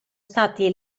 stati